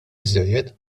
biżżejjed